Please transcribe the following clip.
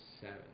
seven